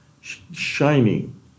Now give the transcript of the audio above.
shining